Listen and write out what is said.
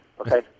okay